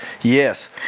Yes